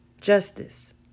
Justice